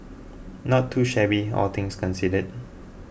not too shabby all things considered